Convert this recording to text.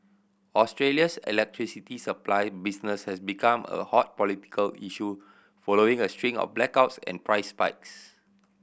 Australia's electricity supply business has become a hot political issue following a string of blackouts and price spikes